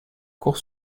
cour